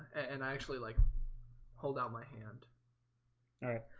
and i actually like hold out my hand okay,